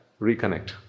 reconnect